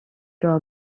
draw